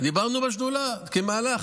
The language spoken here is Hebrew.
דיברנו בשדולה כמהלך,